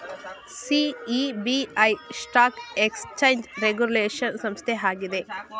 SEBI stock exchange regulation ಸಂಸ್ಥೆ ಆಗಿದೆ